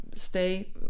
stay